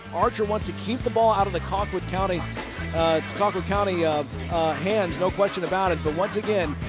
archer wants to keep the ball out of the colquitt county colquitt county ah hands. no question about it. but once again,